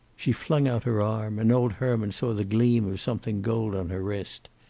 she flung out her arm, and old herman saw the gleam of something gold on her wrist.